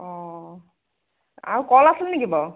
অঁ আৰু কল আছিলে নেকি বাৰু